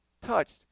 touched